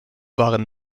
waren